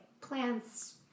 plants